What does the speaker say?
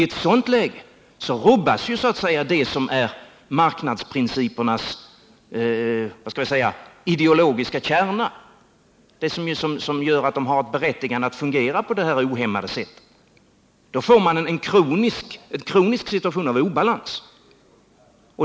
I ett sådant läge rubbas marknadsprincipernas ideologiska kärna — det som gör att de har ett berättigande att fungera på detta ohämmade sätt. Det blir då en kronisk situation av obalans.